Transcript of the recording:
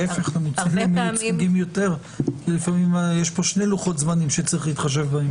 יש פה שני לוחות זמנים שצריך להתחשב בהם.